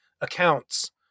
accounts